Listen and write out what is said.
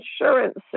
insurance